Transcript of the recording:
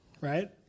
right